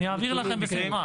אני אעביר לכם בשמחה.